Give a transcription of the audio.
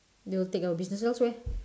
they will take your business elsewhere